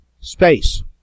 space